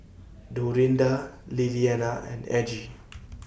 Dorinda Lilianna and Aggie